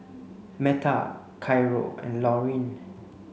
Metta and Lauryn